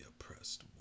oppressed